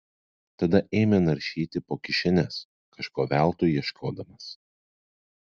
tada ėmė naršyti po kišenes kažko veltui ieškodamas